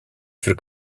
für